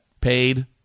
Paid